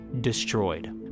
destroyed